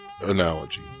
analogy